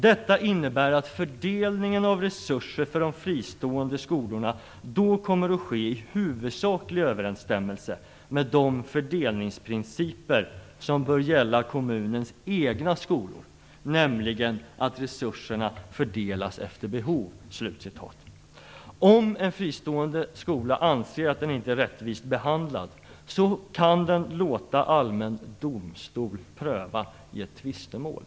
Detta innebär att fördelningen av resurser för de fristående skolorna då kommer att ske i huvudsaklig överensstämmelse med de fördelningsprinciper som bör gälla kommunens egna skolor, nämligen att resurserna fördelas efter behov. Om en fristående skola anser att den är orättvist behandlad, kan den låta allmän domstol pröva det i ett tvistemål.